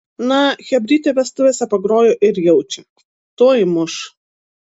na chebrytė vestuvėse pagrojo ir jaučia tuoj muš